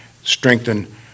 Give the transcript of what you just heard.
strengthen